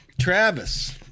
Travis